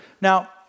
Now